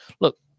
look